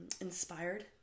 inspired